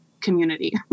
community